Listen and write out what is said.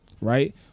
right